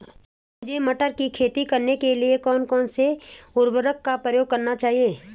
मुझे मटर की खेती करने के लिए कौन कौन से उर्वरक का प्रयोग करने चाहिए?